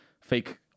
fake